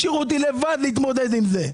השאירו אותי לבד להתמודד עם זה.